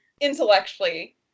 intellectually